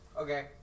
Okay